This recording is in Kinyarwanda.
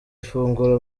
ifunguro